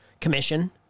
Commission